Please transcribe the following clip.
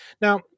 Now